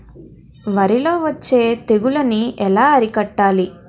వరిలో వచ్చే తెగులని ఏలా అరికట్టాలి?